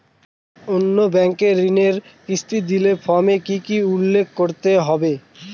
অন্য ব্যাঙ্কে ঋণের কিস্তি দিলে ফর্মে কি কী উল্লেখ করতে হবে?